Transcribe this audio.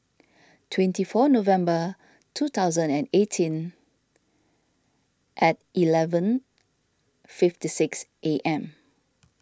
twenty four November two thousand and eighteen at eleven fifty six am